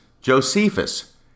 Josephus